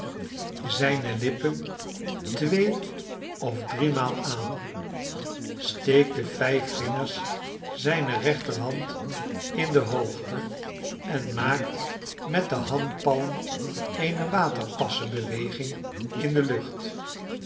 zijne lippen tafereelen uit italte twee of driemaal aan steekt de vijf vingers zijner rechterhand in de hoogte en maakt met dehandpalm eene waterpasse bewegingin delucht de